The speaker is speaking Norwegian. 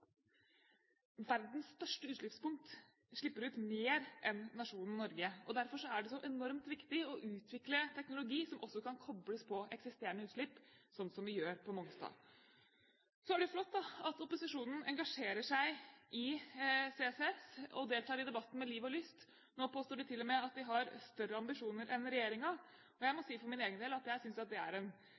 Verdens største utslippspunkt slipper ut mer enn nasjonen Norge. Derfor er det enormt viktig å utvikle teknologi som også kan kobles på eksisterende utslipp, sånn som vi gjør på Mongstad. Det er flott at opposisjonen engasjerer seg i CCS og deltar i debatten med liv og lyst. Nå påstår de til og med at de har større ambisjoner enn regjeringen. Jeg må si for min egen del at jeg synes det er en